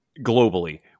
globally